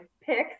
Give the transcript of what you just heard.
picks